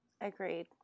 Agreed